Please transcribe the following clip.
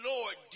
Lord